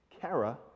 kara